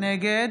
נגד